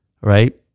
right